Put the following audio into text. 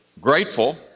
grateful